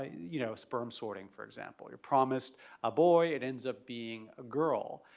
you know sperm sorting for example. you're promised a boy it ends up being a girl.